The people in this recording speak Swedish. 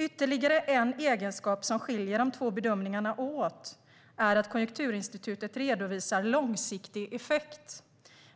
Ytterligare en egenskap som skiljer de två bedömningarna åt är att Konjunkturinstitutet redovisar "långsiktig effekt",